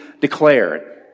declared